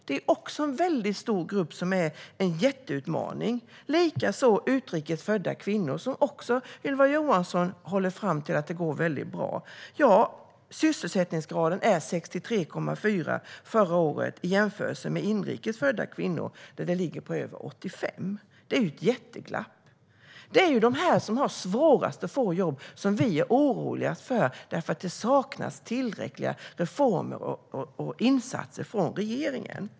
Det är en väldigt stor grupp som är en jätteutmaning, likaså utrikes födda kvinnor, som Ylva Johansson också framhåller att det går bra för. Sysselsättningsgraden för dem var förra året 63,4 procent jämfört med över 85 procent för inrikes födda kvinnor. Det är ju ett jätteglapp! Det är dessa som har svårast att få jobb som vi är oroliga för, då det saknas tillräckliga reformer och insatser från regeringen.